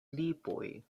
lipoj